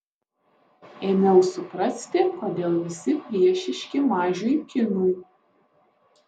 ėmiau suprasti kodėl visi priešiški mažiui kinui